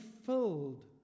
filled